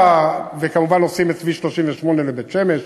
וכמובן, עושים את כביש 38 לבית-שמש,